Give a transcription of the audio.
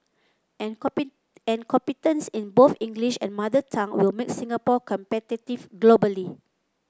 and competence in both English and mother tongue will make Singapore competitive globally